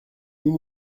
nous